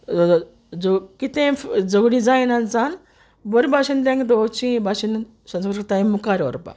कितें झोगडी जायना जावन बोरी बाशेन तेंकां दोवोरची हे बाशेन सोस्कताय मुखार व्हरपा